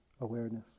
awareness